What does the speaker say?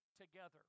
together